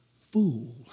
fool